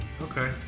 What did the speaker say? Okay